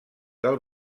del